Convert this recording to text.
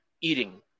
eating